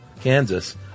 kansas